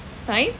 time